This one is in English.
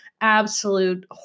absolute